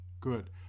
Good